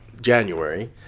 January